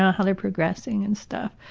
ah how they're progressing and stuff,